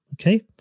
Okay